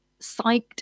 psyched